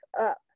up